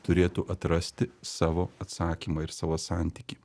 turėtų atrasti savo atsakymą ir savo santykį